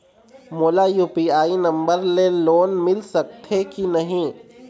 मोला UPI number ले loan मिल सकथे कि नहीं?